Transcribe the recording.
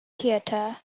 theatre